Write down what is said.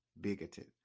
bigoted